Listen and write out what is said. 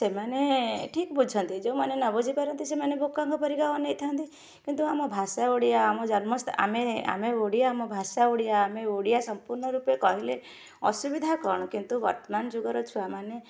ସେମାନେ ଠିକ ବୁଝନ୍ତି ଯେଉଁମାନେ ନ ବୁଝି ପାରନ୍ତି ସେମାନେ ବୋକାଙ୍କ ପରିକା ଅନେଇ ଥାଆନ୍ତି କିନ୍ତୁ ଆମ ଭାଷା ଓଡ଼ିଆ ଆମ ଜନ୍ମ ସ୍ଥା ଆମେ ଆମେ ଓଡ଼ିଆ ଆମ ଭାଷା ଓଡ଼ିଆ ଆମେ ଓଡ଼ିଆ ସମ୍ପୂର୍ଣ୍ଣ ରୂପେ କହିଲେ ଅସୁବିଧା କ'ଣ କିନ୍ତୁ ବର୍ତ୍ତମାନ ଯୁଗର ଛୁଆମାନେ